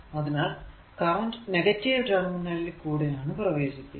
അതിനാൽ current negative terminal കൂടെ ആണ് പ്രവേശിക്കുക